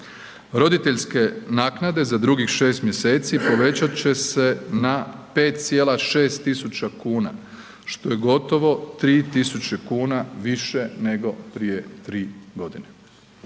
Roditeljske naknade za drugih šest mjeseci povećat će se na 5,6 tisuća kuna što je gotovo 3.000 kuna više nego prije tri godine.